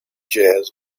jazz